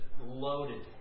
loaded